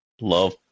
Love